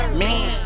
man